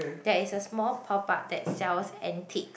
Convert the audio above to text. that is a small pop up that sells antique